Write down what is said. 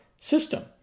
system